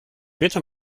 bitte